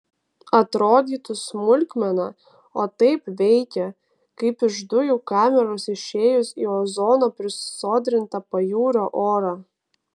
atrodytų smulkmena o taip veikia kaip iš dujų kameros išėjus į ozono prisodrintą pajūrio orą